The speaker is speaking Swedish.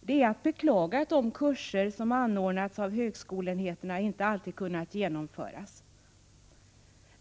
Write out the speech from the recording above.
Det är att beklaga att de kurser som anordnats av högskoleenheterna inte alltid kunna genomföras.